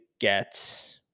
get